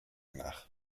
nach